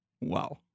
Wow